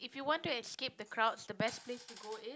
if you want to escape the crowd the best place to go is